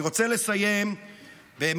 אני רוצה לסיים באמת